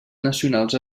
nacionals